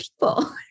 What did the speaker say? people